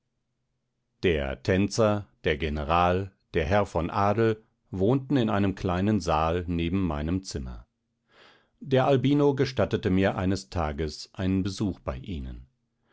der tänzer der general der herr von adel wohnten in einem kleinen saal neben meinem zimmer der albino gestattete mir eines tages einen besuch bei ihnen